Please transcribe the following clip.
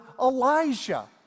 Elijah